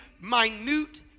minute